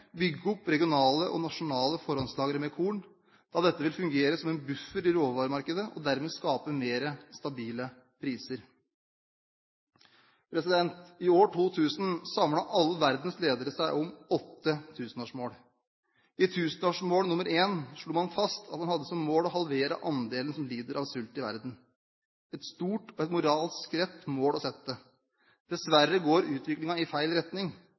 nasjonale forrådslagre med korn, da dette vil fungere som en buffer i råvaremarkedet og dermed skape mer stabile priser I 2000 samlet alle verdens ledere seg om åtte tusenårsmål. I tusenårsmål nr. 1 slo man fast at man hadde som mål å halvere andelen som lider av sult i verden – et stort og moralsk rett mål å sette. Dessverre går utviklingen i feil retning.